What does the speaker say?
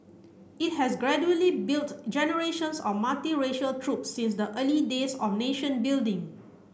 it has gradually built generations of multiracial troop since the early days of nation building